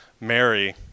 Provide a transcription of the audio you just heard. Mary